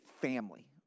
family